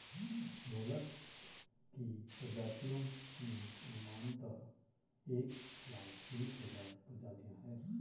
mollusc की प्रजातियों में अनुमानतः एक लाख बीस हज़ार प्रजातियां है